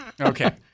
okay